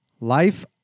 Life